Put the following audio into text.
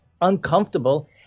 uncomfortable